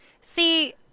See